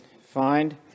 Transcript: find